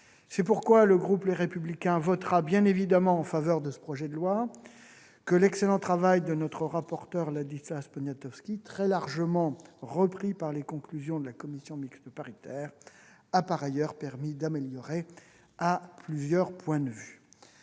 C'est pourquoi le groupe Les Républicains votera bien évidemment en faveur de ce projet de loi, que l'excellent travail de notre rapporteur Ladislas Poniatowski, très largement repris par les conclusions de la commission mixte paritaire, a par ailleurs permis d'améliorer à plusieurs points de vue.